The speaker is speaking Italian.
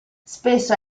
spesso